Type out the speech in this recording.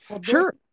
Sure